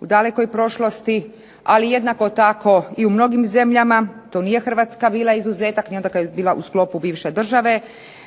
u dalekoj prošlosti, ali jednako tako i mnogim zemljama tu nije Hrvatska bila izuzetak ni onda kad je bila u sklopu bivše države